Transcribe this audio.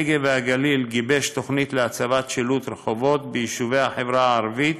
הנגב והגליל גיבש תוכנית להצבת שלטי רחובות ביישובי החברה הערבית